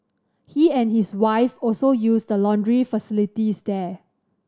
he and his wife also use the laundry facilities there